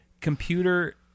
computer